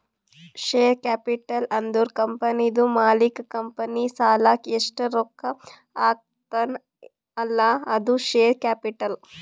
share capital ಅಂದುರ್ ಕಂಪನಿದು ಮಾಲೀಕ್ ಕಂಪನಿ ಸಲಾಕ್ ಎಸ್ಟ್ ರೊಕ್ಕಾ ಹಾಕ್ತಾನ್ ಅಲ್ಲಾ ಅದು ಶೇರ್ ಕ್ಯಾಪಿಟಲ್